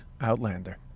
Outlander